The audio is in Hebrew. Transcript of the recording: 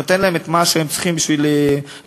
נותן להם מה שהם צריכים בשביל להצליח,